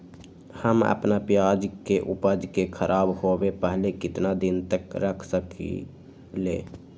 हम अपना प्याज के ऊपज के खराब होबे पहले कितना दिन तक रख सकीं ले?